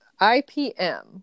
IPM